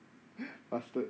bastard